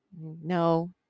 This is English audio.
No